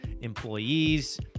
employees